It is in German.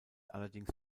allerdings